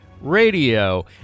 Radio